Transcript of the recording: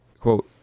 quote